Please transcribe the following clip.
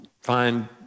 find